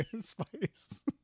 spice